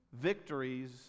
victories